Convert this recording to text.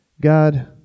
God